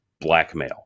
blackmail